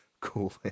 cool